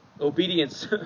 obedience